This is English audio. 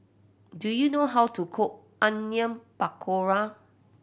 do you know how to cook Onion Pakora